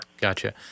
Gotcha